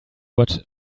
what